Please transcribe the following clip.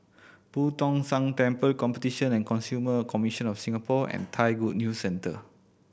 Boo Tong San Temple Competition and Consumer Commission of Singapore and Thai Good News Centre